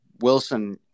Wilson